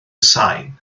sain